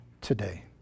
today